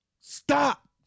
Stop